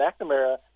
McNamara